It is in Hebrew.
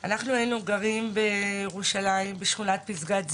אנחנו היינו גרים בירושלים, בשכונת פסגת זאב.